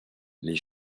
les